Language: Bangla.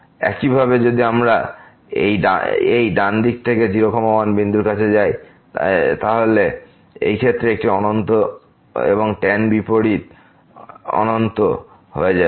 একইভাবে যদি আমরা এইডান দিক থেকে 0 1 এই বিন্দুর কাছে যাই তাহলে এই ক্ষেত্রে এটি অনন্ত এবং ট্যান বিপরীত অনন্ত হয়ে যাবে